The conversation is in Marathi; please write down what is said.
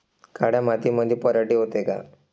काळ्या मातीमंदी पराटी होते का?